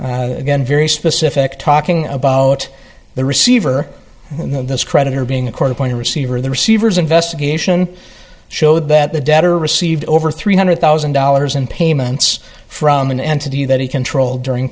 information again very specific talking about the receiver this creditor being a court appointed receiver the receiver's investigation showed that the debtor received over three hundred thousand dollars in payments from an entity that he controlled during